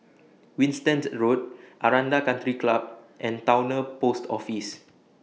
Winstedt Road Aranda Country Club and Towner Post Office